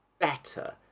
better